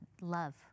love